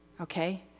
okay